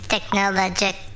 Technologic